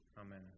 Amen